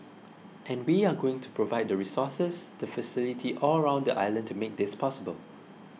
and we are going to provide the resources the facility all around the island to make this possible